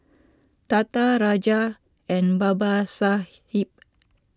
Tata Raja and Babasaheb